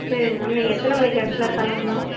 சரி மேம் நீங்கள் எத்தனை மணிக்கு ஆக்ஷுவலாக கிளம்பணும்